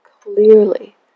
clearly